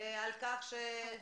על כך --- התחייבות.